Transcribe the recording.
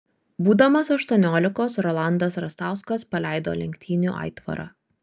būdamas aštuoniolikos rolandas rastauskas paleido lenktynių aitvarą